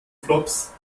flops